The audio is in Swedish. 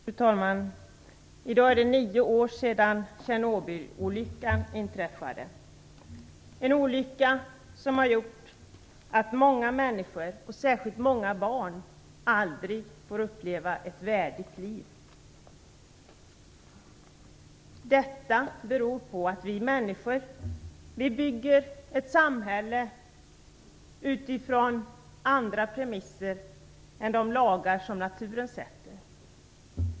Fru talman! I dag är det nio år sedan Tjernobylolyckan inträffade - en olycka som har gjort att många människor, och särskilt många barn, aldrig får uppleva ett värdigt liv. Det beror på att vi människor bygger ett samhälle utifrån andra premisser än de lagar naturen sätter.